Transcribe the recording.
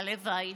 הלוואי.